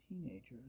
teenagers